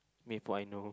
maple I know